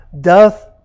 doth